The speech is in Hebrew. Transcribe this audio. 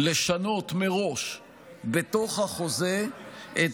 לשנות מראש בתוך החוזה את